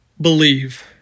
believe